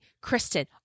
Kristen